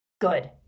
Good